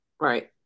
right